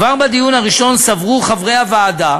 כבר בדיון הראשון סברו חברי הוועדה